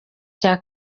cya